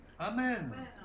Amen